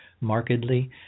markedly